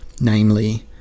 namely